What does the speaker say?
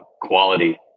quality